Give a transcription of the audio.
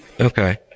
Okay